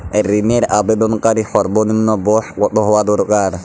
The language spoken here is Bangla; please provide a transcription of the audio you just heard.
ঋণের আবেদনকারী সর্বনিন্ম বয়স কতো হওয়া দরকার?